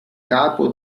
capo